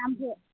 दामखौ